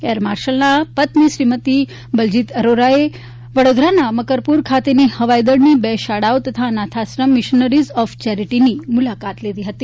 air માર્શલના પત્ની શ્રીમતી બલજીત અરોરાએ વડોદરાના મકરપૂરા ખાતેની હવાઈ દળની બે શાળાઓ તથા અનાથશ્રમ મિશનરીઝ ઓફ ચેરીટીની મુલાકાત લીધી હતી